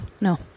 no